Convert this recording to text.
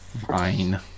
fine